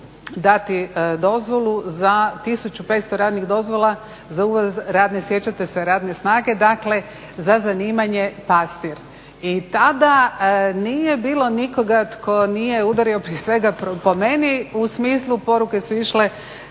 dati dozvolu za 1500 radnih dozvola za uvoz radne snage, sjećate se? Dakle, za zanimanje pastir. I tada nije bilo nikoga tko nije udario, prije svega po meni, u smislu, poruke su išle